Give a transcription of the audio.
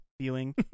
viewing